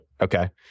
Okay